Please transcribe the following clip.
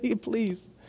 please